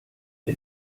der